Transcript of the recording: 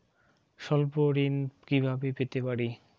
স্বল্প ঋণ কিভাবে পেতে পারি?